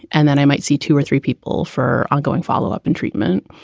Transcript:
and then i might see two or three people for ongoing follow up and treatment.